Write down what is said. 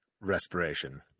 respiration